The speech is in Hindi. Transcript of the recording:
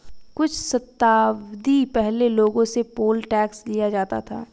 कुछ शताब्दी पहले लोगों से पोल टैक्स लिया जाता था